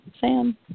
Sam